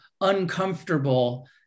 uncomfortable